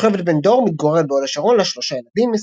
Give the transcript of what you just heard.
יוכבד בן-דור מתגוררת בהוד השרון, לה שלושה ילדים.